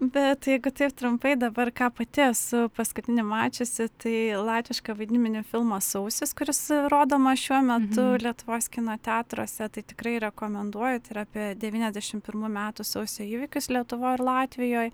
bet jeigu taip trumpai dabar ką pati esu paskutinį mačiusi tai latvišką vaidybinį filmą sausis kuris rodomas šiuo metu lietuvos kino teatruose tai tikrai rekomenduoju tai yra apie devyniasdešim pirmų metų sausio įvykius lietuvoj ir latvijoj